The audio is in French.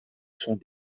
sont